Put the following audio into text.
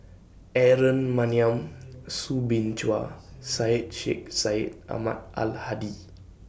Aaron Maniam Soo Bin Chua Syed Sheikh Syed Ahmad Al Hadi